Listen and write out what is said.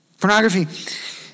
Pornography